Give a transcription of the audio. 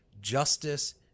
justice